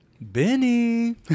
Benny